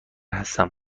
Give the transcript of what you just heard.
هستم